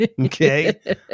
Okay